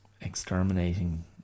exterminating